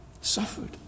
suffered